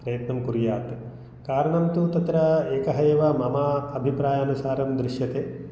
प्रयत्नं कुर्यात् कारणं तु तत्र एकः एव मम अभिप्रायानुसारं दृश्यते